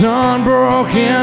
unbroken